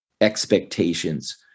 expectations